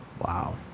wow